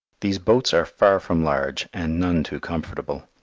these boats are far from large and none too comfortable.